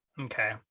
okay